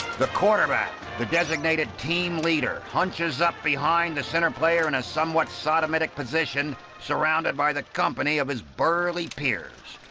the quarterback, the designated team leader, hunches up behind the centre player in a somewhat sodomitic position, surrounded by the company of his burly peers.